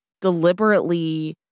deliberately